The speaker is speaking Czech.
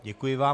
Děkuji vám.